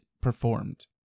performed